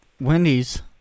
Wendy's